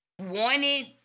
wanted